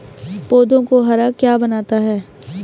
पौधों को हरा क्या बनाता है?